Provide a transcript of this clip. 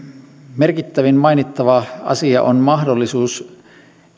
merkittävin mainittava asia on mahdollisuus